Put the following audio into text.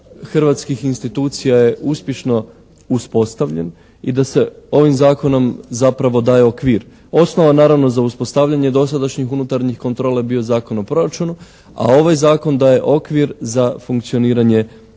hrvatskih institucija je uspješno uspostavljen i da se ovim zakonom zapravo daje okvir. Osnova naravno za uspostavljanje dosadašnjih unutarnjih kontrola je bio Zakon o proračunu, a ovaj zakon daje okvir za funkcioniranje unutarnjih kontrola.